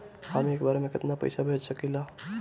हम एक बार में केतना पैसा भेज सकिला?